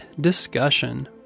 discussion